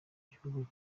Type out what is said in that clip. gihugu